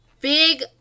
big